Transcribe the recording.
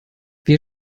wir